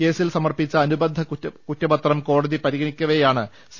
കേസിൽ സമർപ്പിച്ച അനുബന്ധ കുറ്റപത്രം കോടതി പരിഗണിക്കവെയാണ് സി